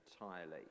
entirely